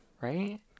right